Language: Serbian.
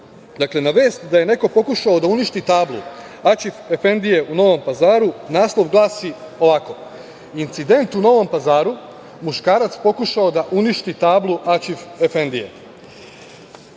Dakle, na vest da je neko pokušao da uništi tablu Aćif Efendije u Novom Pazaru, naslov glasi ovako: „Incident u Novom Pazaru, muškarac pokušao da uništi tablu Aćif Efendije“,